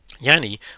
Yanni